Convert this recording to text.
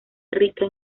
rica